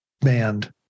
band